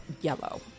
yellow